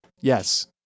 Yes